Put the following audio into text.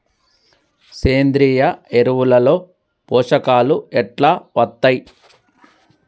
సేంద్రీయ ఎరువుల లో పోషకాలు ఎట్లా వత్తయ్?